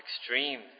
extreme